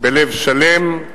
בלב שלם,